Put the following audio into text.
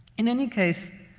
in any case,